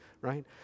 right